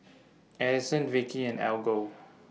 Adyson Vikki and Algot